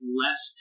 less